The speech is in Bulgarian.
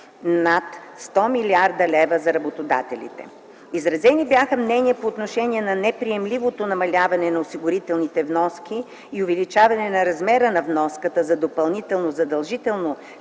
над 10 млрд. лв. за работодателите. Изразени бяха мнения по отношение на неприемливото намаляване на осигурителните вноски и увеличаване на размера на вноската за допълнително задължително